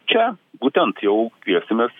čia būtent jau kviesimės